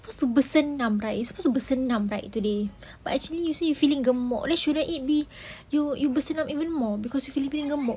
supposed to bersenam kan you supposed to bersenam right today but actually you say you feeling gemuk then shouldn't it be you you bersenam even more because you feeling gemuk